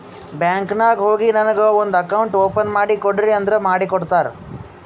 bank ನಾಗ್ ಹೋಗಿ ನನಗ ಒಂದ್ ಅಕೌಂಟ್ ಓಪನ್ ಮಾಡಿ ಕೊಡ್ರಿ ಅಂದುರ್ ಮಾಡ್ಕೊಡ್ತಾರ್